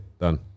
Done